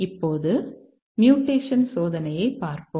இப்போது மியூடேஷன் சோதனையைப் பார்ப்போம்